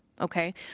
Okay